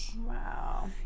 Wow